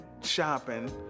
shopping